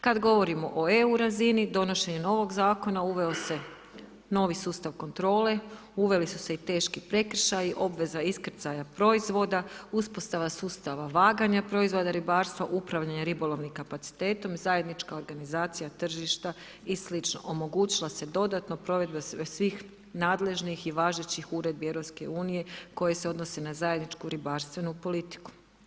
Kada govorimo o EU razini, donošenje ovog zakona, uveo se novi sustav kontrole, uveli su se i teški prekršaji, obveze iskrcaju proizvoda, uspostava sustava vaganja proizvoda ribarstva, upravljanje ribolovnim kapacitetom, zajednička organizacija tržišta i slično, o mogućnosti dodatno provedbe svih nadležnih i važećih uredbi EU koje se odnose na zajedničku ribarstvenu politiku.